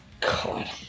God